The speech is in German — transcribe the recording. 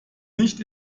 nicht